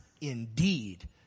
indeed